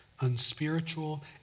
unspiritual